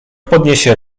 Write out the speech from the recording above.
podniesie